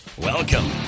Welcome